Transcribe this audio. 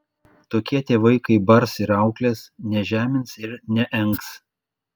tokie tėvai kai bars ir auklės nežemins ir neengs